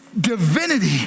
divinity